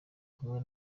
kumwe